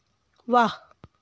वाह